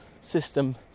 system